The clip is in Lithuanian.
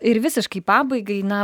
ir visiškai pabaigai na